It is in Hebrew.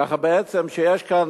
ככה בעצם יש כאן,